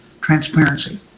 transparency